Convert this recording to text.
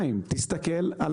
תמיכות זו